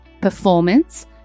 performance